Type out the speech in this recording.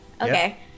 Okay